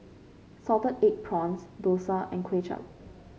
Salted Egg Prawns dosa and Kuay Chap